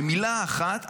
במילה אחת,